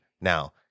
Now